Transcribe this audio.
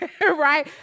right